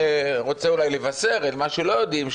אני רוצה אולי לבשר על מה שלא יודעים,